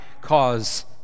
cause